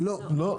לא.